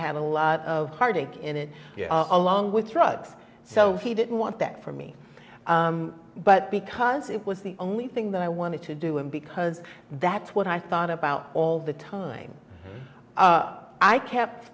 have a lot of heartache in it along with drugs so he didn't want that for me but because it was the only thing that i wanted to do and because that's what i thought about all the time i kept